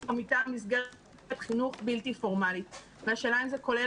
או מטעם מסגרת חינוך בלתי פורמלי והשאלה אם זה כולל